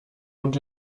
und